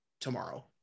tomorrow